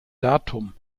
datum